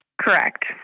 Correct